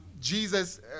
Jesus